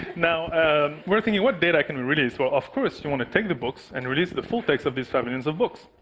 now we're thinking, what data can we release? well of course, you want to take the books and release the full text of these five million so books.